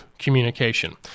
Communication